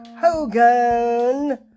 Hogan